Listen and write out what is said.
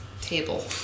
table